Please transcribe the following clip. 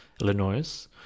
Illinois